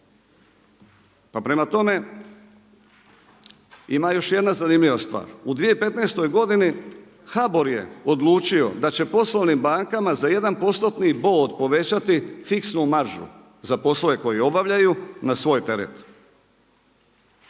Pa prema tome, ima još jedna zanimljiva stvar, u 2015. godini HBOR je odlučio da će poslovnim bankama za jedan postotni bod povećati fiksnu maržu za poslove koje obavljaju na svoj teret.